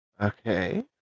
Okay